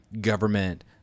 government